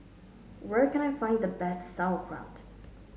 where can I find the best Sauerkraut